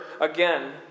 again